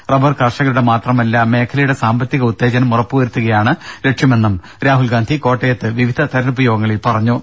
rubber കർഷകരുടെ മാത്രമല്ല മേഖലയുടെ സാമ്പത്തിക ഉത്തേജനം ഉറപ്പു വരുത്തുകയാണ് ലക്ഷ്യമെന്നും രാഹുൽ ഗാന്ധി കോട്ടയത്ത് വിവിധ തെരഞ്ഞെടുപ്പ് യോഗങ്ങളിൽ പറഞ്ഞു